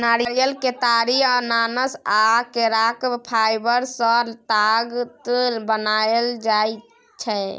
नारियर, केतारी, अनानास आ केराक फाइबर सँ ताग बनाएल जाइ छै